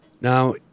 Now